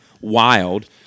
Wild